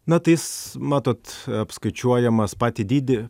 na tai jis matot apskaičiuojamas patį dydį